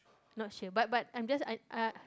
not sure but but I'm just uh